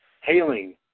hailing